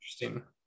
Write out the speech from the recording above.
interesting